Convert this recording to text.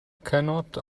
cannot